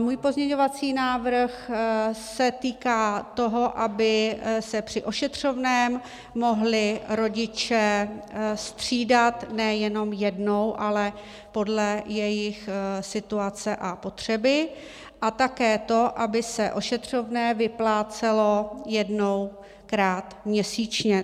Můj pozměňovací návrh se týká toho, aby se při ošetřovném mohli rodiče střídat ne jenom jednou, ale podle jejich situace a potřeby, a také to, aby se ošetřovné vyplácelo jedenkrát měsíčně.